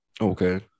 Okay